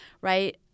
right